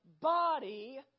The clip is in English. body